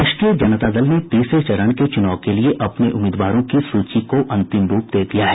राष्ट्रीय जनता दल ने तीसरे चरण के चूनाव के लिये अपने उम्मीदवारों की सूची को अंतिम रूप दे दिया है